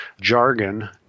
jargon